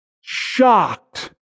shocked